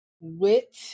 wit